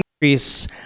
increase